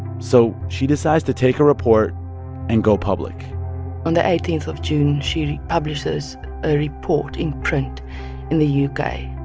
so she decides to take her report and go public on the eighteen of june, she publishes a report in print in the u k,